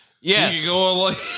Yes